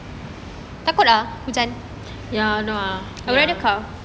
ya I know ah